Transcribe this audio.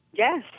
Yes